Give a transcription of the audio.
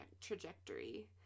trajectory